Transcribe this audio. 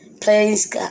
Please